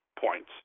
points